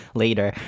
later